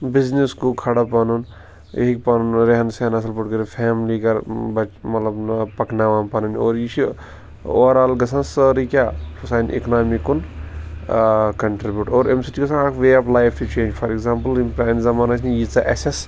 business گوٚو کَھڑا پَنُن یہِ ہیٚکہِ پَنُن رہن سہن اصٕل پٲٹھۍ کٔرِتھ فیملی اگر بچہِ مطلب پکناوان پَنُن اور یہِ چھُ اَور آل گَژھان سٲرِی کیٛاہ گژھان اِکونامی کُن کَنٹریبوٗٹ اور اَمہِ سٍتۍ چھُ گَژھان اَکھ وے آف لایف تہِ چیٚنج فار ایٚکزامپُل یِم پرٛانہِ زَمانہٕ أسۍ نہَ ییٖژاہ اَسہِ ٲس